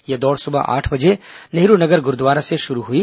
यह दौड़ सुबह आठ बजे नेहरू नगर गुरूद्वारा से शुरू हुई